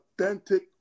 authentic